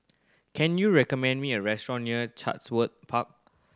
can you recommend me a restaurant near Chatsworth Park